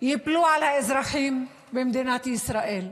ייפלו על האזרחים במדינת ישראל,